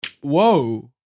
Whoa